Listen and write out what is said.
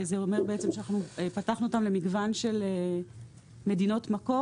זה אומר שפתחתנו אותם למגוון של מדינות מקור